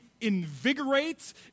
invigorates